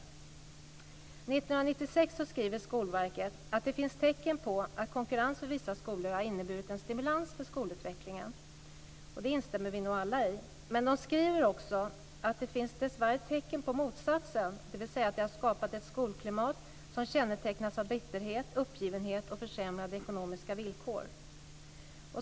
1996 skriver Skolverket att det finns tecken på att konkurrensen för vissa skolor har inneburit en stimulans för skolutvecklingen. Det instämmer vi nog alla i. Men de skriver också att det dessvärre finns tecken på motsatsen, dvs. att det har skapats ett skolklimat som kännetecknas av bitterhet, uppgivenhet och försämrade ekonomiska villkor.